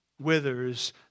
withers